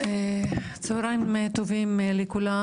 צהריים טובים לכולם.